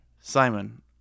Simon